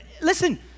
Listen